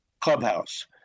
Clubhouse